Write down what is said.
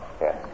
Yes